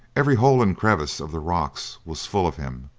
every hole and crevice of the rocks was full of him.